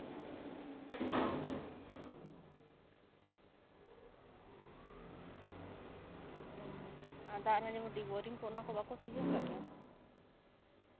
ᱫᱟᱜ ᱨᱮ ᱡᱮᱢᱚᱱ ᱰᱤᱯ ᱵᱳᱭᱨᱤᱝ ᱠᱚ ᱚᱱᱟ ᱠᱚ ᱵᱟᱠᱚ ᱤᱭᱟᱹᱣ ᱠᱟᱜ ᱯᱮᱭᱟ